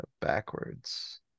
Backwards